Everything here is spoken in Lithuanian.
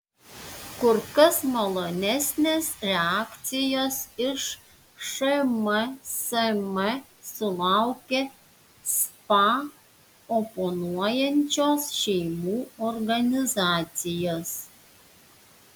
kur kas malonesnės reakcijos iš šmsm sulaukė spa oponuojančios šeimų organizacijos